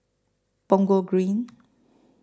Punggol Green